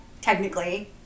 technically